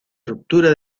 ruptura